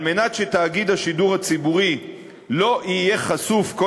על מנת שתאגיד השידור הציבורי לא יהיה חשוף כל